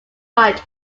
college